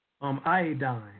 iodine